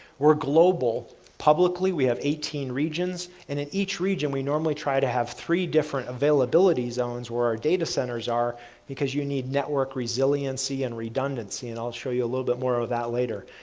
we're a global. publicly, we have eighteen regions, and in each region, we normally try to have three different availability zones where our data centers are because you need network resiliency and redundancy. and i'll show you a little bit more of that later.